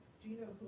do you know